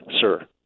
sir